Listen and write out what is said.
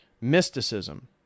Mysticism